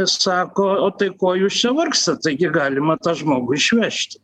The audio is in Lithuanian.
sako o tai ko jūs čia vargstat taigi galima tą žmogų išvežti